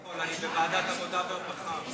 אני יכול, אני בוועדת העבודה והרווחה.